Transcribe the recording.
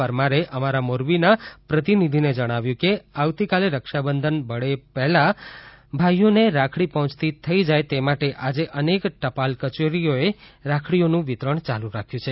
પરમારે અમારા મોરબીના પ્રતિનિધિને જણાવ્યું કે આવતીકાલે રક્ષાબંધન બળેવ પહેલાં ભાઇઓને રાખડી પહોંચતી થઇ જાય તે માટે આજે અનેક ટપાલ કચેરીઓએ રાખડીઓનું વિતરણ યાલુ રાખ્યું છે